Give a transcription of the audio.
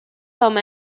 some